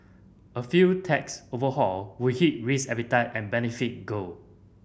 a failed tax overhaul would hit risk appetite and benefit gold